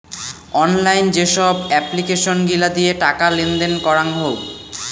online যেসব application গিলা দিয়ে টাকা লেনদেন করাঙ হউ